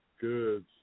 Good